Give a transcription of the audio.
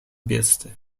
бедствия